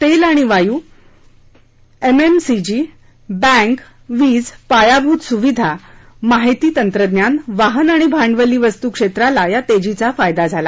तेल आणि वायू एमएमसीजी बँक वीज पायाभूत सुविधा माहिती तंत्रज्ञान वाहन आणि भांडवली वस्तू क्षेत्राला या तेजीचा फायदा झाला